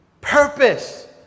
purpose